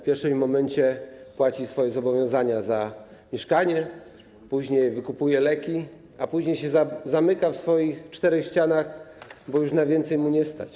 W pierwszej kolejności płaci swoje zobowiązania za mieszkanie, później wykupuje leki, a później zamyka się w swoich czterech ścianach, bo już na więcej go nie stać.